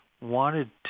wanted